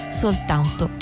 soltanto